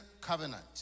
covenant